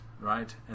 right